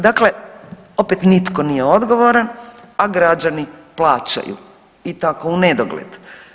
Dakle, opet nitko nije odgovoran a građani plaćaju i tako u nedogled.